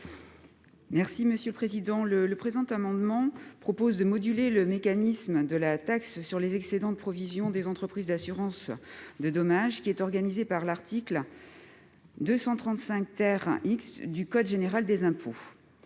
Mme Isabelle Briquet. Le présent amendement vise à moduler le mécanisme de la taxe sur les excédents de provisions des entreprises d'assurances de dommages, qui est organisé par l'article 235 X du code général des impôts.